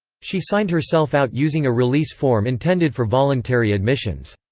she signed herself out using a release form intended for voluntary admissions.